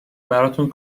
براتون